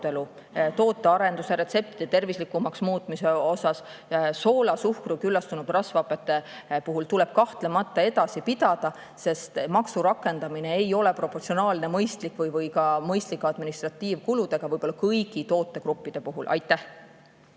tootearenduse, retseptide tervislikumaks muutmise, soola, suhkru ja küllastunud rasvhapete üle tuleb kahtlemata edasi pidada, sest maksu rakendamine ei ole proportsionaalne, mõistlik või ka mõistlike administratiivkuludega võib-olla kõigi tootegruppide puhul. Aitäh!